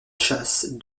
chasse